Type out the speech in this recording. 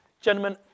Gentlemen